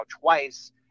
twice